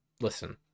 listen